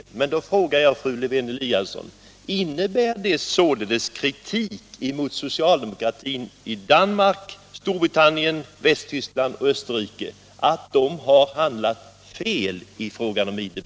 Men då frågar jag fru Lewén-Eliasson: Innebär ert ställningstagande således kritik mot socialdemokraterna i Danmark, Storbritannien, Västtyskland och Österrike, att de har handlat fel i fråga om IDB?